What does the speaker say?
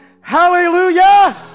Hallelujah